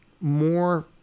more